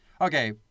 Okay